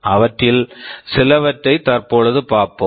அவற்றில் சிலவற்றை தற்பொழுது பார்ப்போம்